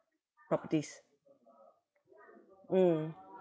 properties mm